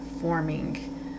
forming